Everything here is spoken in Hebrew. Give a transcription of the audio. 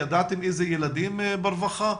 ידעתם איזה ילדים ברווחה?